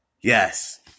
Yes